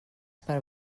per